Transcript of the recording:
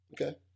Okay